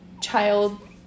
child